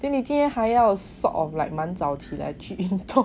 then 你今天还要 sort of like 满早起来去做工